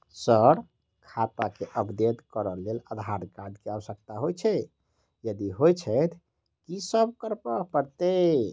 Sir खाता केँ update करऽ लेल आधार कार्ड केँ आवश्यकता होइ छैय यदि होइ छैथ की सब करैपरतैय?